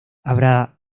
habrá